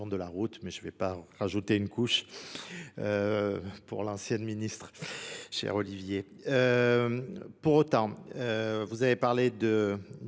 de la route mais je ne vais pas rajouter une couche pour l'ancienne ministre chère Olivier. Pour autant, vous avez parlé